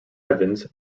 evans